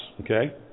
okay